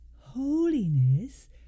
holiness